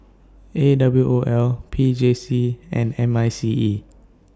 A W O L P J C and M I C E